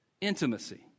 Intimacy